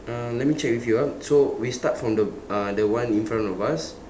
um let me check with you ah so we start from the uh the one in front of us